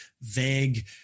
vague